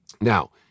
Now